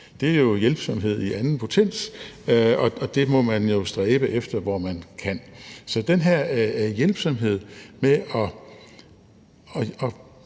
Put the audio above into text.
Det er hjælpsomhed i anden potens, og det må man jo stræbe efter, hvor man kan. Så den her hjælpsomhed med at